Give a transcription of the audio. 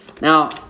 Now